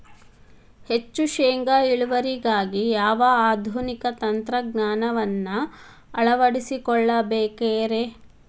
ಹೆಚ್ಚು ಶೇಂಗಾ ಇಳುವರಿಗಾಗಿ ಯಾವ ಆಧುನಿಕ ತಂತ್ರಜ್ಞಾನವನ್ನ ಅಳವಡಿಸಿಕೊಳ್ಳಬೇಕರೇ?